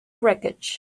wreckage